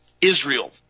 Israel